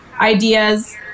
ideas